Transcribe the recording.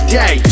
day